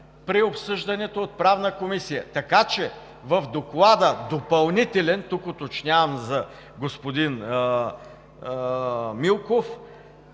при обсъждането от Правната комисия, така че в Доклада допълнителен, тук уточнявам за господин Милков,